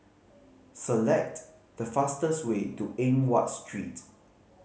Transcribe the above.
select the fastest way to Eng Watt Street